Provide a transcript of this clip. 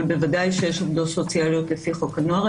אבל בוודאי שיש עובדות סוציאליות לפי חוק הנוער.